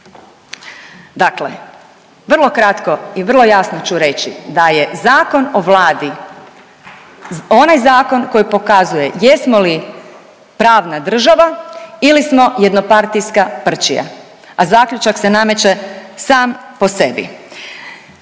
Dakle, vrlo kratko i vrlo jasno ću reći da je Zakon o Vladi onaj zakon koji pokazuje jesmo li pravna država ili smo jednopartijska prćija, a zaključak se nameće sam po sebi.